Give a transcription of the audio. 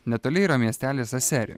netoli yra miestelis aseri